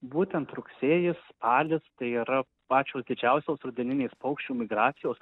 būtent rugsėjis spalis tai yra pačios didžiausios rudeninės paukščių migracijos